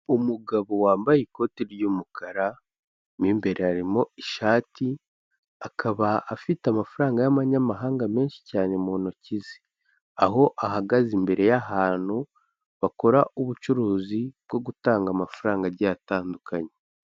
Umugabo wambaye ikoti ry'umukara mu imbere harimo ishati, akaba afite amafaranga y'amanyamahanga menshi cyane mu ntoki ze, aho ahagaze imbere y'ahantu bakora ubucuruzi bwo gutanga amafaranga agiye atandukanye.